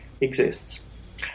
exists